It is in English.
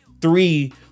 three